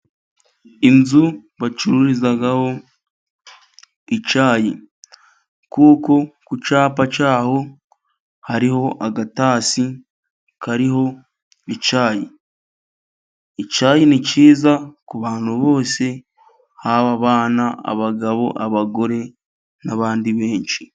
Inzu bacururizaho icyayi kuko ku cyapa cy'aho hariho agatasi kariho icyayi. Icyayi ni cyiza ku bantu bose haba abana, abagabo, abagore n'abandi benshi.